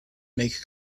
make